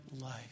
life